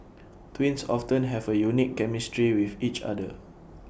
twins often have A unique chemistry with each other